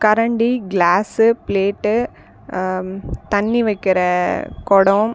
கரண்டி glass plate தண்ணி வைக்கிற குடம்